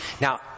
now